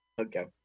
okay